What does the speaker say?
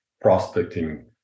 prospecting